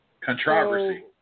Controversy